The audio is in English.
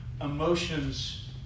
emotions